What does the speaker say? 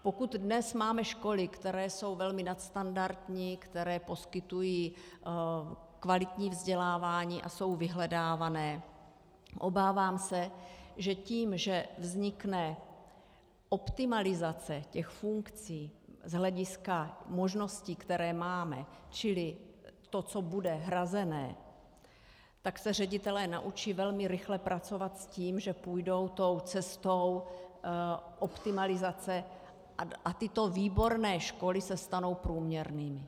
Pokud dnes máme školy, které jsou velmi nadstandardní, které poskytují kvalitní vzdělávání a jsou vyhledávané, obávám se, že tím, že vznikne optimalizace těch funkcí z hlediska možností, které máme, čili to, co bude hrazené, tak se ředitelé naučí velmi rychle pracovat s tím, že půjdou tou cestou optimalizace a tyto výborné školy se stanou průměrnými.